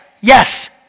yes